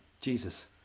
Jesus